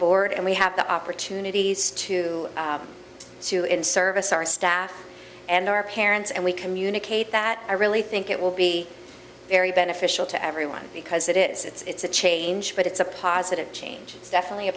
board and we have the opportunities to sue in service our staff and our parents and we communicate that i really think it will be very beneficial to everyone because it is it's a change but it's a positive change it's definitely a